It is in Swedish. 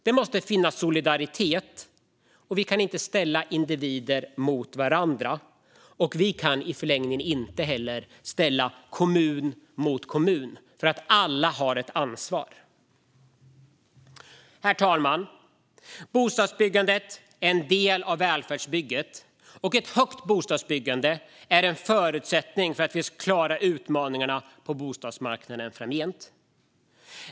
Det måste finnas en solidaritet. Vi kan inte ställa individer mot varandra och i förlängningen inte heller kommun mot kommun. Alla har ett ansvar. Herr talman! Bostadsbyggande är en del av välfärdsbygget, och ett högt bostadsbyggande är en förutsättning för att vi ska klara utmaningarna på bostadsmarknaden framgent.